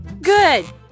Good